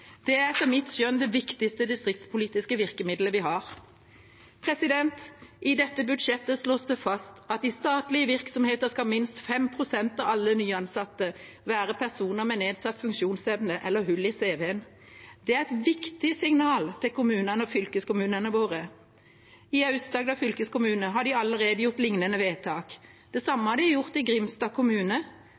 Det er etter mitt skjønn det viktigste distriktspolitiske virkemidlet vi har. I dette budsjettet slås det fast at i statlige virksomheter skal minst 5 pst. av alle nyansatte være personer med nedsatt funksjonsevne eller hull i cv-en. Det er et viktig signal til kommunene og fylkeskommunene våre. I Aust-Agder fylkeskommune har de allerede gjort lignende vedtak. Det samme har de gjort i Grimstad kommune.